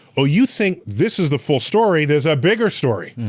oh, you think this is the full story? there's a bigger story.